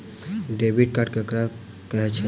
Debit card ककरा कहै छै?